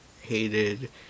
hated